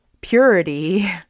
purity